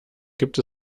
gibt